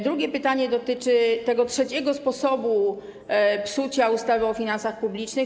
Drugie pytanie dotyczy tego trzeciego sposobu psucia ustawy o finansach publicznych.